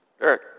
Eric